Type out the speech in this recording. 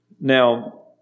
Now